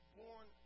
born